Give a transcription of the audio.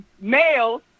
males